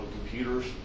computers